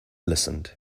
listened